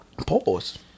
pause